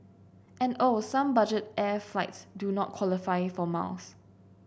and oh some budget air flights do not qualify for miles